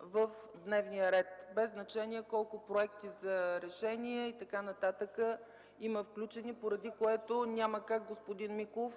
в дневния ред, без значение колко проекти за решения и така нататък има включени, поради което няма как, господин Миков,